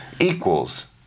equals